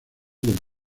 del